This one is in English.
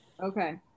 Okay